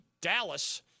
Dallas